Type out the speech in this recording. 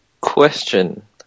question